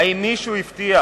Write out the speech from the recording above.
האם מישהו הבטיח